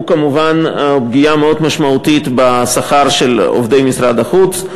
הוא כמובן פגיעה מאוד משמעותית בשכר של עובדי משרד החוץ.